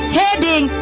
heading